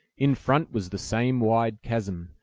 in front was the same wide chasm,